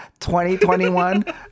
2021